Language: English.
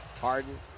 Harden